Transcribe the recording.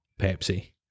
Pepsi